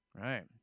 Right